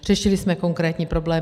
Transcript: Řešili jsme konkrétní problémy.